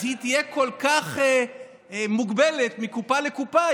אז היא תהיה כל כך מוגבלת מקופה לקופה,